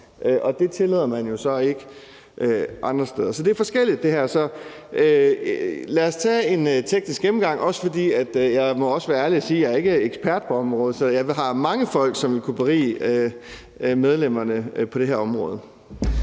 og det tillader man jo så ikke andre steder. Så det er forskelligt. Så lad os tage en teknisk gennemgang, også fordi jeg må være ærlig og sige, at jeg ikke er ekspert på området. Så jeg har mange folk, som vil kunne berige medlemmerne på det her område.